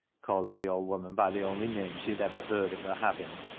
calling the old woman by the only name she had ever heard of her having,